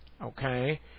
Okay